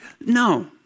No